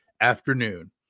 afternoon